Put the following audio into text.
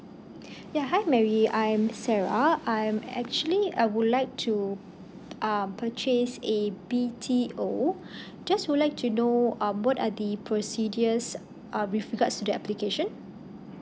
ya hi marry I am sarah I'm actually I would like to err purchase a B_T_O just would like to know um what are the procedures uh with regards to the application